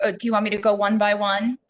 ah do you want me to go one by one?